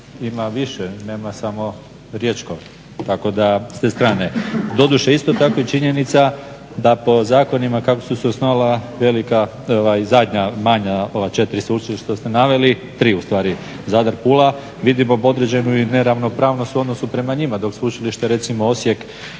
ima više. Nema samo Riječko, tako da s te strane. Doduše, isto tako je i činjenica da po zakonima kako su se osnovala velika, zadnja, manja ova četiri sveučilišta ste naveli, tri u stvari Zadar, Pula vidimo određenu i neravnopravnost u odnosu prema njima dok Sveučilište recimo Osijek